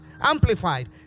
amplified